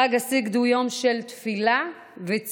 חג הסיגד הוא יום של תפילה וצום,